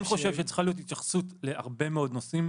יש גם מקומות שההלימה ביניהם היא מאוד-מאוד קרובה.